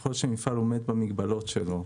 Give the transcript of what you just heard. ככל שמפעל עומד במגבלות שלו,